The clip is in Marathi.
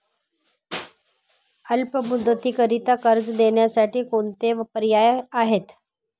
अल्प मुदतीकरीता कर्ज देण्यासाठी कोणते पर्याय आहेत?